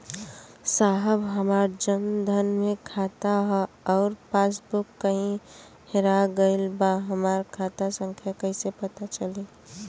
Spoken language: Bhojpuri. साहब हमार जन धन मे खाता ह अउर पास बुक कहीं हेरा गईल बा हमार खाता संख्या कईसे पता चली?